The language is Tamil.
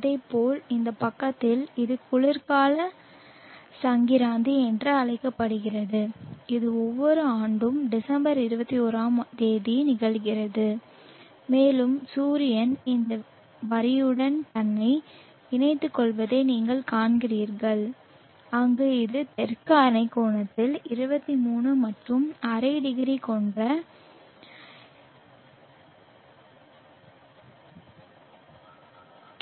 அதேபோல் இந்த பக்கத்தில் இது குளிர்கால சங்கிராந்தி என்று அழைக்கப்படுகிறது இது ஒவ்வொரு ஆண்டும் டிசம்பர் 21 ஆம் தேதி நிகழ்கிறது மேலும் சூரியன் இந்த வரியுடன் தன்னை இணைத்துக் கொள்வதை நீங்கள் காண்கிறீர்கள் அங்கு அது தெற்கு அரைக்கோளத்தில் 23 மற்றும் அரை டிகிரி கொண்ட